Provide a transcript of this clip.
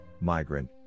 migrant